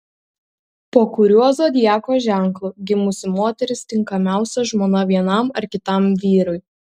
po kuriuo zodiako ženklu gimusi moteris tinkamiausia žmona vienam ar kitam vyrui